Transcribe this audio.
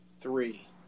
three